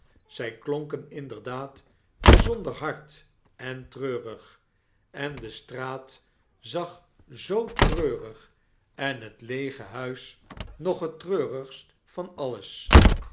zy klonken inderdaad byzonder hard en treurig en de straat zag zoo treurig en het leege huis nog het treurigst van alles